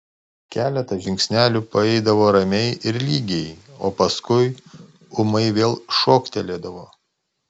keletą žingsnelių paeidavo ramiai ir lygiai o paskui ūmai vėl šoktelėdavo